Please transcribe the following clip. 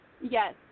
Yes